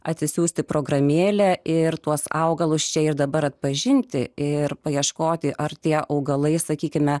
atsisiųsti programėlę ir tuos augalus čia ir dabar atpažinti ir paieškoti ar tie augalai sakykime